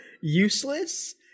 useless